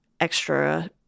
extra